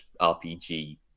RPG